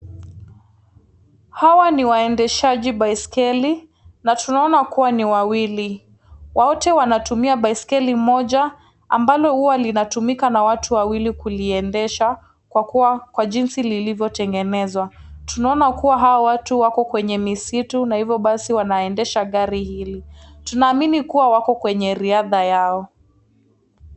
Hawa ni waendeshaji baiskeli na tunaona kuwa ni wawili. Wote wanatumia baiskeli moja ambalo huwa linatumika na watu wawili kuliendesha kwa jinsi lilivyotengenezwa. Tunaona kuwa hawa watu wako kwenye misitu na hivyo basi wanaendesha gari hili. Tunaamini kuwa wako kwenye riadha yao.